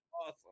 awesome